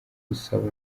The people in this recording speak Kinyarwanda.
gusaba